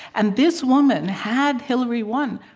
and this woman, had hillary won,